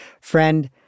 Friend